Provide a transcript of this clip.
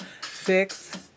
six